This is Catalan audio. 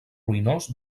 ruïnós